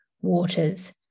waters